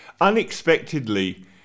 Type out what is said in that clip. Unexpectedly